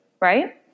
right